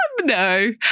no